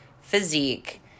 physique